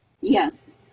yes